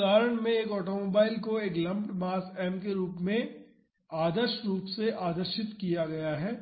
इस उदाहरण में एक ऑटोमोबाइल को एक लम्प्ड मास m के रूप में आदर्श रूप से आदर्शित किया गया है